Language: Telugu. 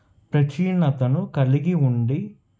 ప్రాచీనతను కలిగి ఉండి